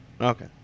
Okay